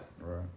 Right